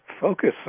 focus